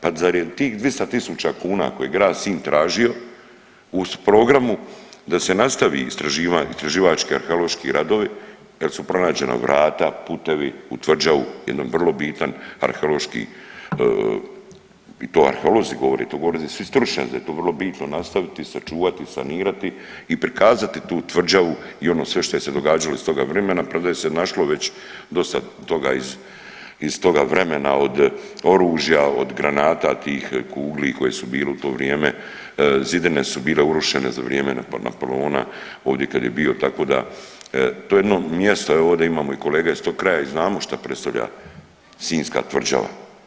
Pa zar je tih 200.000 kuna koje je grad Sinj tražio u programu da se nastavi istraživanje, istraživački arheološki radovi jel su pronađena vrata, putevi u tvrđavu jedan vrlo bitan arheološki i to arheolozi govore i to govore svi stručnjaci da je to vrlo bitno nastaviti i sačuvati i sanirati i prikazati tu tvrđavu i ono sve što se je događalo iz toga vremena, premda je se našlo dosta toga iz, iz toga vremena od oružja, od granata tih kugli koje su bile u to vrijeme, zidine su bile urušene za vrijeme Napoleona ovdje kad je bio, tako da to je jedno mjesto evo imamo kolege iz tog kraja i znamo šta predstavlja Sinjska tvrđava.